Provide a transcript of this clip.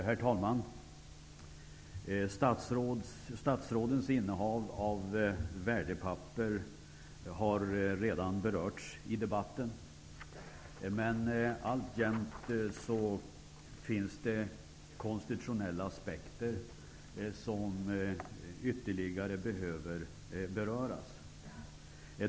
Herr talman! Statsrådens innehav av värdepapper har redan berörts i debatten, men alltjämt finns det konstitutionella aspekter som ytterligare behöver beröras.